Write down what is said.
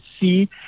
see